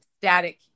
static